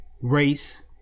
race